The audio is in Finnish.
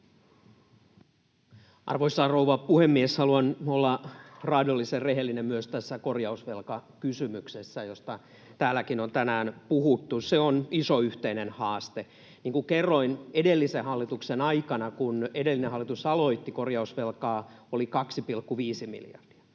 Arvoisa rouva puhemies! Haluan olla raadollisen rehellinen myös tässä korjausvelkakysymyksessä, josta täälläkin on tänään puhuttu. Se on iso, yhteinen haaste. Niin kuin kerroin, edellisen hallituksen aikana, kun edellinen hallitus aloitti, korjausvelkaa oli 2,5 miljardia.